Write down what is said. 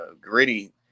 gritty